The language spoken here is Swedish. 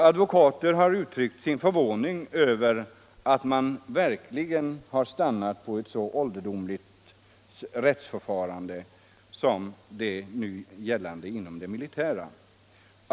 Advokater har uttryckt sin förvåning över att man verkligen har stannat vid ett så ålderdomligt rättsförfarande som det som nu gäller inom det militära.